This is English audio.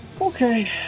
Okay